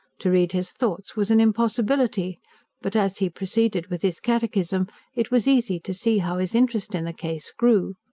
to read his thoughts was an impossibility but as he proceeded with his catechism it was easy to see how his interest in the case grew.